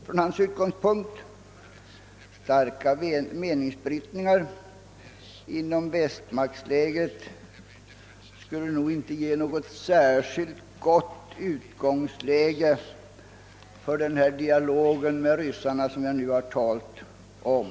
Från hans utgångspunkt skulle givetvis starka meningsbrytningar inom västmaktslägret inte ge något gott utgångsläge för den dialog med ryssarna som jag här har talat om.